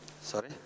Sorry